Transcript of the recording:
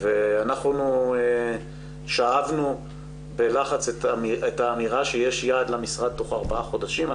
אנחנו שאבנו בלחץ את האמירה שיש יעד למשרד תוך ארבעה חודשים.